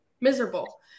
miserable